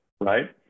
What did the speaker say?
right